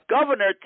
governor